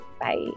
Bye